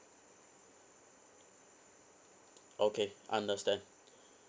okay understand